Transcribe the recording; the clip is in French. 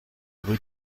rue